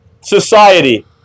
society